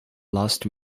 last